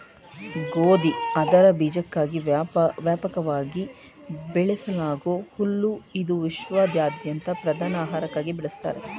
ಗೋಧಿ ಅದರ ಬೀಜಕ್ಕಾಗಿ ವ್ಯಾಪಕವಾಗಿ ಬೆಳೆಸಲಾಗೂ ಹುಲ್ಲು ಇದು ವಿಶ್ವಾದ್ಯಂತ ಪ್ರಧಾನ ಆಹಾರಕ್ಕಾಗಿ ಬಳಸ್ತಾರೆ